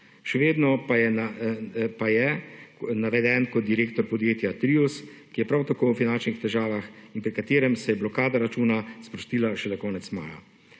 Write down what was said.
še vedno pa je naveden kot direktor podjetja Trius, ki je prav tako v finančnih težavah in pri katerem se je blokada računa sprostila šele konec maja.